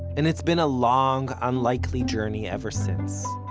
and it's been a long, unlikely journey ever since.